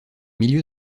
milieu